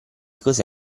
cose